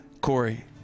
Corey